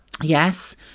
Yes